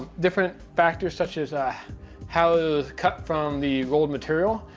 different factors such as how it was cut from the mold material,